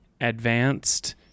advanced